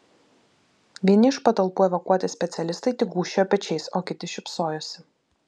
vieni iš patalpų evakuoti specialistai tik gūžčiojo pečiais o kiti šypsojosi